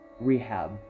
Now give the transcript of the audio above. rehab